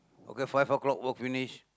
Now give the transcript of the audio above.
okay five o-clock work finish